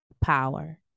power